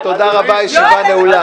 רוב נגד,